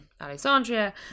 Alexandria